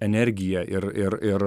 energiją ir ir ir